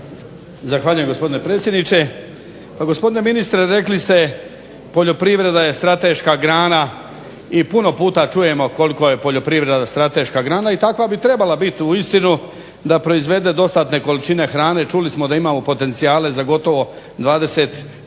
Zahvaljujem gospodine predsjedniče. Pa gospodine ministre rekli ste poljoprivreda je strateška grana i puno puta čujemo koliko je poljoprivreda strateška grana i takva bi trebala biti uistinu da proizvede dostatne količine hrane. Čuli smo da imamo potencijale za gotovo 25